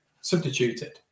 substituted